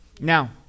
Now